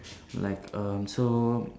like um so